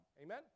Amen